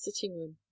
sitting-room